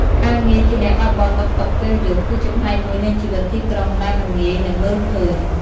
ការងារជាអ្នកបើកបរតុកតុកពេលយប់ គឺជាផ្នែកមួយនៃជីវិតទីក្រុងដែលមិនងាយនឹងមើលឃើញ។